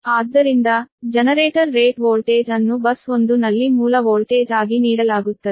ಆದ್ದರಿಂದ generator rate voltage ಅನ್ನು bus 1 ನಲ್ಲಿ ಮೂಲ ವೋಲ್ಟೇಜ್ ಆಗಿ ನೀಡಲಾಗುತ್ತದೆ